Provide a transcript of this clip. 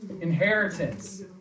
Inheritance